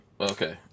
Okay